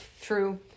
True